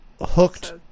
Hooked